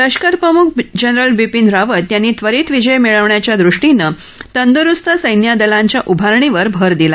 लष्करप्रमुख जनरल बिपिन रावत यांनी त्वरित विजय मिळवण्याच्या दृष्टीनं तंदुरुस्त सैन्यदलांच्या उभारणीवर अर दिला